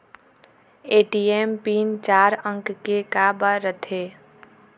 ATM PIN चार अंक के का बर करथे?